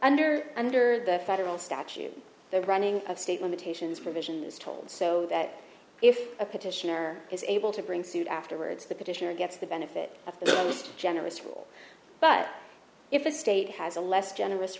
under under the federal statute the running of state limitations provision is told so that if a petitioner is able to bring suit afterwards the petitioner gets the benefit of the generous rule but if a state has a less generous